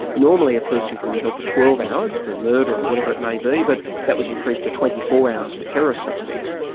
normally a person can be held for twelve hours, for murder or whatever it may be, but that was was increased to twenty four hours for terrorist suspects,